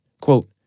Quote